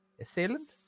Assailant